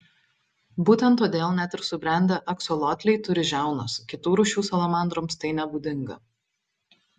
būtent todėl net ir subrendę aksolotliai turi žiaunas kitų rūšių salamandroms tai nebūdinga